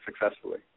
successfully